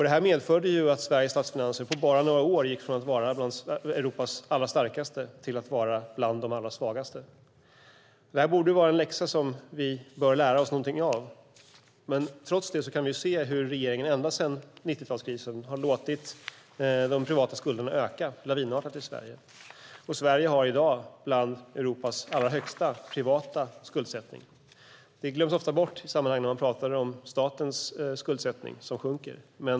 Det medförde att Sveriges statsfinanser på bara några år gick från att höra till Europas allra starkaste till att höra till de allra svagaste. Det borde vara en läxa som vi kan lära oss något av. Men vi ser hur regeringen ända sedan 90-talskrisen har låtit de privata skulderna öka lavinartat. Sverige har i dag bland Europas allra högsta privata skuldsättningar. Det glöms ofta bort när man pratar om statens skuldsättning som sjunker.